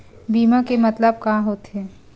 बीमा के मतलब का होथे?